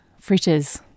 fritters